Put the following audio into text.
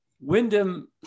Wyndham